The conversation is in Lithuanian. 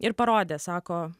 ir parodė sako